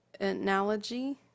analogy